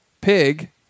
Pig